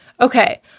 Okay